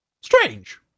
Strange